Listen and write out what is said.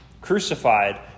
crucified